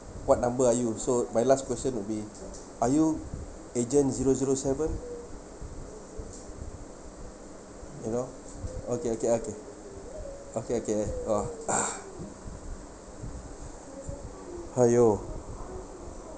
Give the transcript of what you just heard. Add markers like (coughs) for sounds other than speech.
what number are you so my last question will be are you agent zero zero seven you know okay okay okay okay okay !wah! (coughs) !haiyo!